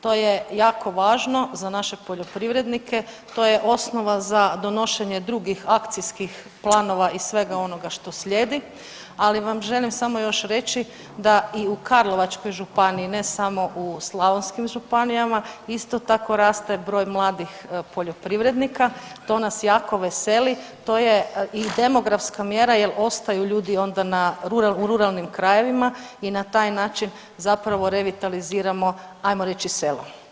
To je jako važno za naše poljoprivrednike, to je osnova za donošenje drugih akcijskih planova i svega onoga što slijedi, ali vam želim samo još reći da i u Karlovačkoj županiji, ne samo u slavonskim županijama isto tako raste broj mladih poljoprivrednika, to nas jako veseli, to je i demografska mjera jer ostaju ljudi onda na, u ruralnim krajevima i na taj način zapravo revitaliziramo, ajmo reći, selo.